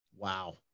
wow